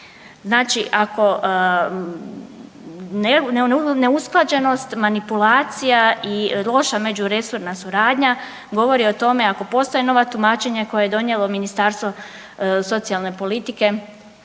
Znači ako, neusklađenost, manipulacija i loša međuresorna suradnja govori o tome ako postoje nova tumačenja koje je donijelo Ministarstvo socijalne politike,